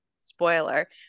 spoiler